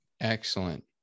Excellent